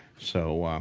so,